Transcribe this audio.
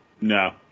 No